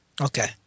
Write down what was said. Okay